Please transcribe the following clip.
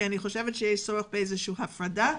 אני חושבת שיש צורך באיזושהי הפרדה.